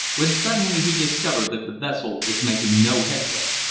when suddenly he discovered that the vessel was making no headway.